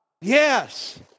yes